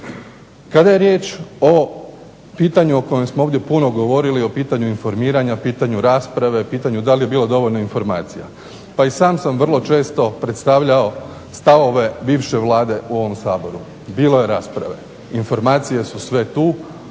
Kada je riječ o pitanju o kojem smo ovdje puno govorili, o pitanju informiranja, pitanju rasprave, pitanju da li je bilo dovoljno informacija. Pa i sam sam vrlo često predstavljao stavove bivše Vlade u ovom Saboru. Bilo je rasprave. Informacije su sve tu.